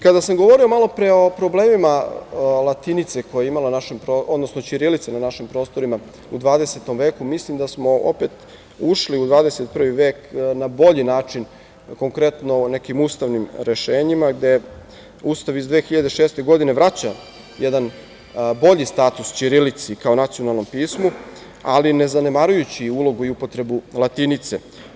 Kada sam malopre govorio o problemima ćirilice na našim prostorima u 20. veku, mislim da smo opet ušli u 21. vek na bolji način, konkretno u nekim ustavnim rešenjima, gde Ustav iz 2006. godine vraća jedan bolji status ćirilici kao nacionalnom pismu, ali ne zanemarujući ulogu i upotrebu latinice.